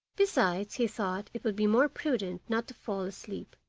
besides, he thought it would be more prudent not to fall asleep,